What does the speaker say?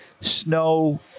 snow